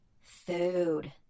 Food